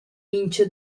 mincha